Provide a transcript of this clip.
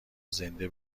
زنده